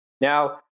Now